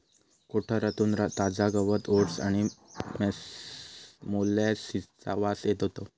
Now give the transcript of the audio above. कोठारातून ताजा गवत ओट्स आणि मोलॅसिसचा वास येत होतो